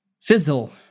fizzle